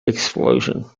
explosion